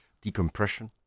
decompression